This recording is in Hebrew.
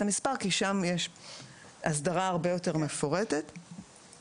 המספר כי שם יש הסדרה הרבה יותר מפורטת וחתימה.